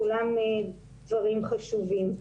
כולם דברים חשובים.